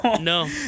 no